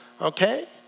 okay